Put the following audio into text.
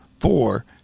four